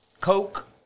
Coke